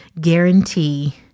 guarantee